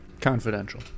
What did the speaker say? Confidential